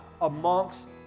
amongst